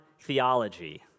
theology